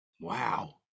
wow